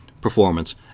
performance